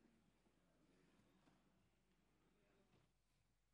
יש לנו פה שר